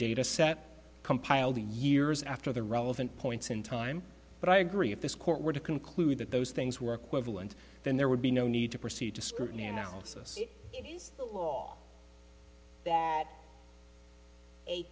data set compiled a years after the relevant points in time but i agree if this court were to conclude that those things work with you and then there would be no need to proceed to